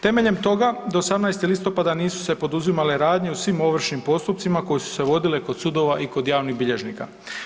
Temeljem toga do 18. listopada nisu se poduzimale radnje u svim ovršnim postupcima koji su se vodili kod sudova i kod javnih bilježnika.